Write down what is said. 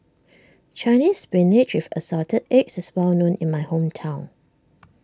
Chinese Spinach with Assorted Eggs is well known in my hometown